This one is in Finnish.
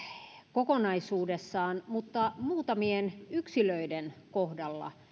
kokonaisuudessaan mutta muutamien yksilöiden kohdalla